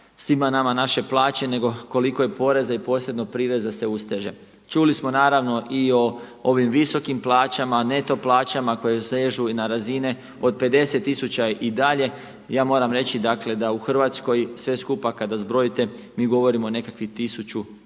svima nama naše plaće nego koliko je poreza i posebnog prireza se usteže. Čuli smo naravno i o ovim visokim plaćama, neto plaćama koje dosežu i na razine od 50 tisuća i dalje. Ja moram reći, dakle, da u Hrvatskoj sve skupa kada zbrojite mi govorimo o nekakvih